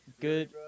Good